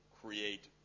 create